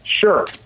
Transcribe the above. Sure